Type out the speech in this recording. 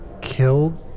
killed